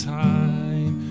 time